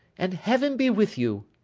and heaven be with you